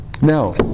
Now